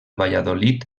valladolid